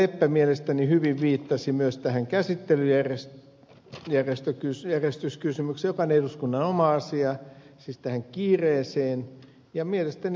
leppä mielestäni hyvin viittasi myös tähän käsittelyjärjestyskysymykseen joka on eduskunnan oma asia siis tähän kiireeseen ja mielestäni ed